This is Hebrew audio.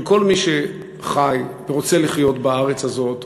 של כל מי שחי ורוצה לחיות בארץ הזאת,